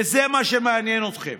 וזה מה שמעניין אתכם,